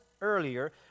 earlier